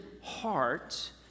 heart